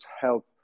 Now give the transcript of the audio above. help